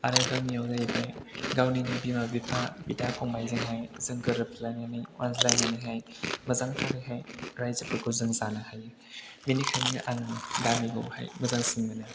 आरो गामिआव जाहैबाय गावनिनो बिमा बिफा बिदा फंबाइजोंहाय जों गोरोब लायनानै अनज्लायनानैहाय मोजांथारैहाय रायजोफोरखौ जों जानो हायो बेनिखायनो आंनि गामिखौहाय मोजांसिन मोनो